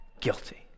guilty